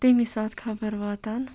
تمی سات خبر واتان